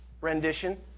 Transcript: rendition